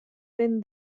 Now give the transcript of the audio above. been